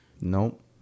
nope